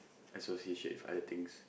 association with other things